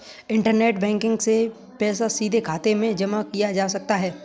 internet banking से पैसा सीधे खाते में जमा किया जा सकता है